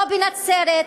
לא בנצרת,